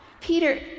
Peter